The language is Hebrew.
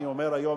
אני אומר היום,